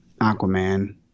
Aquaman